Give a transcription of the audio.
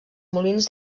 molins